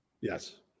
Yes